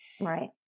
Right